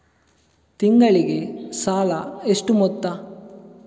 ತಿಂಗಳಿಗೆ ಸಾಲ ಎಷ್ಟು ಮೊತ್ತ?